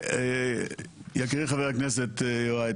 יקירי חבר הכנסת יוראי,